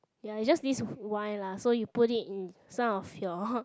ya is just this wine lah so you put it in some of your